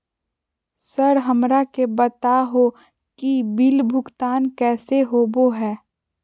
Sir हमरा के बता हो कि बिल भुगतान कैसे होबो है?